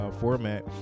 format